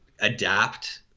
adapt